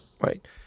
Right